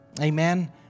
Amen